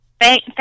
Thank